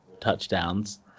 touchdowns